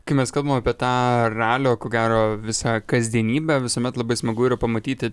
kai mes kalbam apie tą ralio ko gero visą kasdienybę visuomet labai smagu ir pamatyti